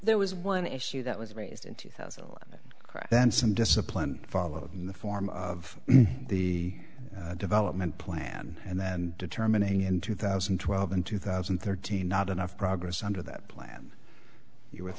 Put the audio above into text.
there was one issue that was raised in two thousand crash and some discipline followed in the form of the development plan and then determining in two thousand and twelve and two thousand and thirteen not enough progress under that plan you with